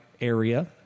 area